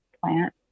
plant